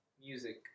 music